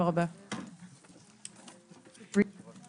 הישיבה ננעלה